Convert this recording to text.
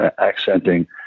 accenting